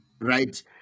right